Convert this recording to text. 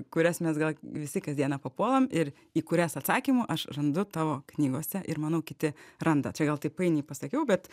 kurias mes gal visi kas dieną papuolam ir į kurias atsakymų aš randu tavo knygose ir manau kiti randa čia gal taip painiai pasakiau bet